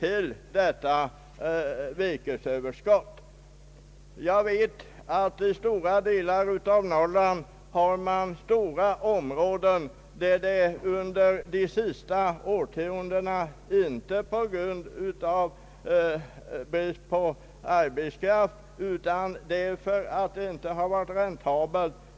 Ja i stora delar av Norrland har man under de senaste årtiondena på mycket stora områden inte kunnat ta ut virke, inte på grund av brist på arbetskraft, utan därför att det inte varit räntabelt.